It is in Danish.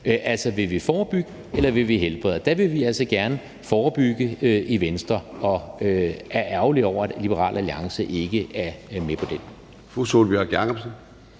Altså, vil vi forebygge, eller vil vi helbrede? Der vil vi altså gerne forebygge i Venstre, og vi er ærgerlige over, at Liberal Alliance ikke er med på den.